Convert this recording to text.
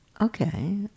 okay